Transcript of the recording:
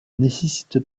nécessite